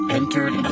entered